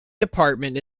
department